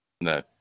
No